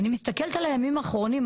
אני מסתכלת על הימים האחרונים,